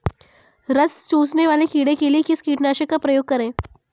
रस चूसने वाले कीड़े के लिए किस कीटनाशक का प्रयोग करें?